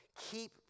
Keep